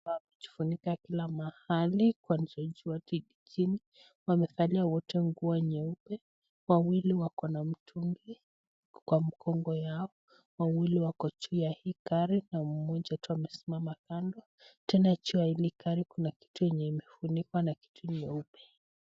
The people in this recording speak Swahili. Wamejifunika kila mahali, kuanzia juu hadi chini. Wamevalia wote nguo nyeupe, wawili wako na mitungi iko kwa migongo yao. Wawili wako juu ya hii gari na mmoja tu amesimama kando tena juu ya hii gari kuna kitu imefunikwa na kitu nyeupe.